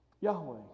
Yahweh